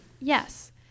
Yes